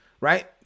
right